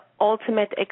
ultimate